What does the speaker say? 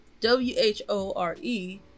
w-h-o-r-e